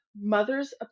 Mother's